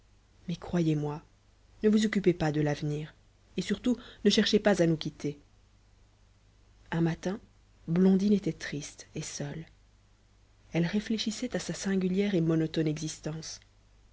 mais croyez-moi ne vous occupez pas de l'avenir et surtout ne cherchez pas à nous quitter un matin blondine était triste et seule elle réfléchissait à sa singulière et monotone existence